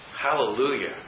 Hallelujah